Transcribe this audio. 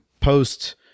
post